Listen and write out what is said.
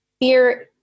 fear